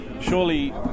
surely